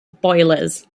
boilers